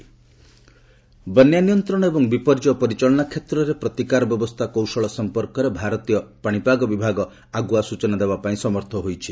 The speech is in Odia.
ଆଇଏମ୍ଡି ଫ୍ଲଡ୍ ବନ୍ୟା ନିୟନ୍ତ୍ରଣ ଏବଂ ବିପର୍ଯ୍ୟୟ ପରିଚାଳନା କ୍ଷେତ୍ରରେ ପ୍ରତିକାର ବ୍ୟବସ୍ଥା କୌଶଳ ସଂପର୍କରେ ଭାରତୀୟ ପାଣିପାଗ ବିଭାଗ ଆଗୁଆ ସୂଚନା ଦେବା ପାଇଁ ସମର୍ଥ ହୋଇଛି